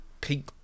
pink